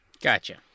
Gotcha